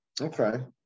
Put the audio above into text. okay